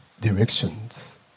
directions